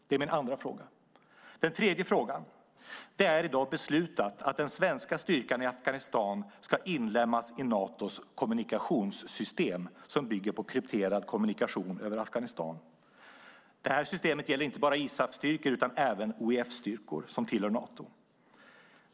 3.Det är i dag beslutat att den svenska styrkan i Afghanistan ska inlemmas i Natos kommunikationssystem som bygger på krypterad kommunikation över Afghanistan. Det här systemet gäller inte bara ISAF-styrkor utan även OEF-styrkor som tillhör Nato.